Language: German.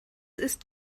ist